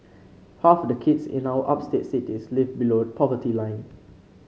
half the kids in our upstate cities live below the poverty line